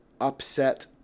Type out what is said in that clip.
Upset